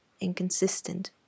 inconsistent